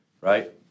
right